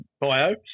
bio